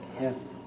Yes